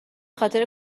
خاطر